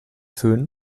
fön